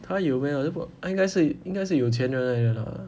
他有没有不应该是应该是有钱人来的啦